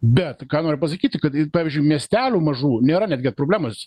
bet ką noriu pasakyti kad pavyzdžiui miestelių mažų nėra netgi problemos